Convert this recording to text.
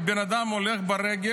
אם בן אדם הולך ברגל,